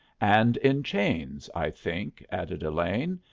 and in chains, i think, added elaine.